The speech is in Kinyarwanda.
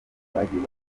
bagiye